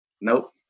nope